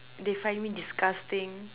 they find me disgusting